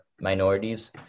minorities